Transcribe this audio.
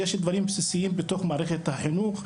יש דברים בסיסיים בתוך מערכת החינוך,